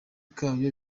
kayo